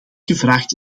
gevraagd